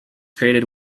created